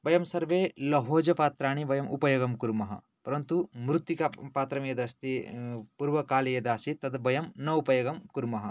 बयं सर्वे लोहजपात्राणि वयं उपयोगं कुर्मः परन्तु मृत्तिका पात्रं यद् अस्ति पूर्वकाले यद् आसीत् तत् बयं न उपयोगं कुर्मः